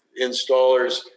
installers